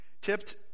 tipped